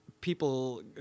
people